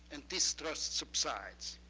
and distrust subsides.